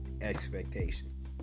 expectations